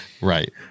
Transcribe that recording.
Right